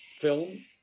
film